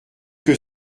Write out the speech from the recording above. que